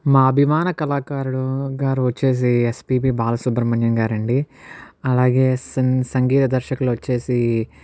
మా అభిమాన కళాకారుడు గారు వచ్చేసి యస్పి బి బాలసుబ్రమణ్యం గారండి అలాగే సిన్ సంగీత దర్శకులు వచ్చేసి